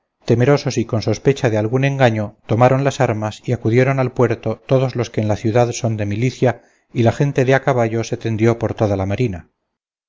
temerosos y con sospecha de algún engaño tomaron las armas y acudieron al puerto todos los que en la ciudad son de milicia y la gente de a caballo se tendió por toda la marina